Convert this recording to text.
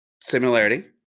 Similarity